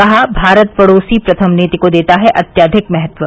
कहा भारत पड़ोसी प्रथम नीति को देता है अत्यधिक महत्व